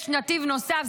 יש נתיב נוסף,